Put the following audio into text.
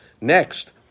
Next